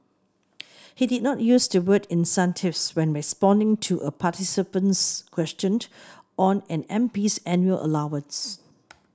he did not use the word incentives when responding to a participant's question on an MP's annual allowance